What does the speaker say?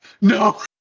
no